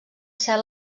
ser